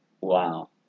wow